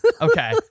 Okay